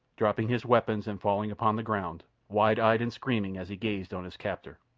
dropping his weapons and falling upon the ground, wide-eyed and screaming as he gazed on his captor.